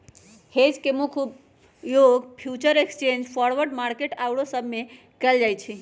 hedge के मुख्य उपयोग फ्यूचर एक्सचेंज, फॉरवर्ड मार्केट आउरो सब में कएल जाइ छइ